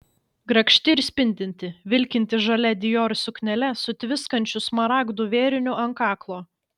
grakšti ir spindinti vilkinti žalia dior suknele su tviskančiu smaragdų vėriniu ant kaklo